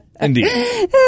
indeed